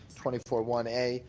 twenty four one a,